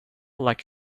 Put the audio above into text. like